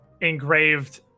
engraved